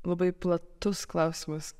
labai platus klausimas